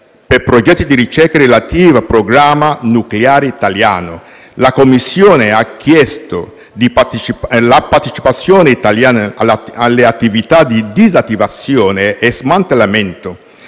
per progetti di ricerca relativi al programma nucleare italiano, la Commissione ha chiesto la partecipazione italiana alle attività di disattivazione e smantellamento.